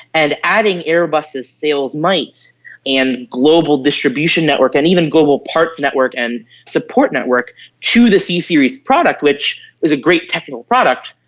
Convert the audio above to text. and adding airbus's sales might and global distribution network and even global parts network and support network to the c series product, which is a great technical product,